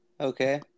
Okay